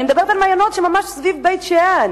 אני מדברת על מעיינות ממש סביב בית-שאן.